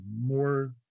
more